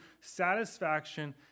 satisfaction